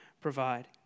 provide